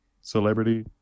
celebrity